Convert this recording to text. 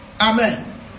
Amen